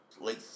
late